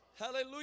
Hallelujah